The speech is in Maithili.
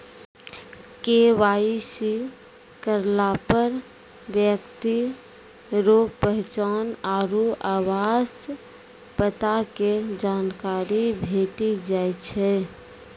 के.वाई.सी करलापर ब्यक्ति रो पहचान आरु आवास पता के जानकारी भेटी जाय छै